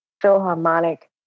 Philharmonic